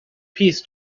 peace